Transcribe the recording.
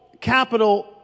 capital